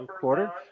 quarter